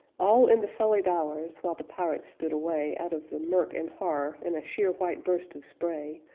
all in the sullied hours, while the pirates stood away out of the murk and horror in a sheer white burst of spray,